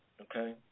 okay